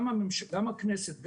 גם הכנסת,